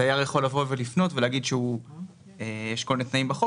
דייר יכול לבוא ולפנות יש כל מיני תנאים בחוק